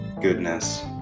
goodness